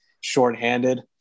shorthanded